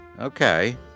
Okay